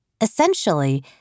Essentially